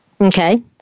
Okay